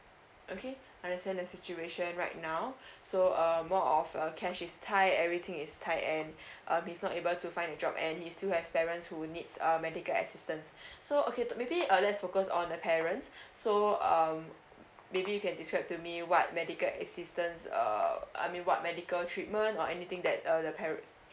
okay understand the situation right now so um more of uh cash is tight everything is tight and uh may not able to find a job and he's still have parent who needs um medical assistance so okay maybe uh let's focus on the parents so um maybe you can describe to me what medical assistance um I mean what medical treatment or anything that uh the parent